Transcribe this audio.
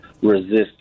resist